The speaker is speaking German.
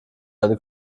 eine